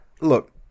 look